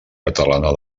catalana